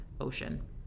ocean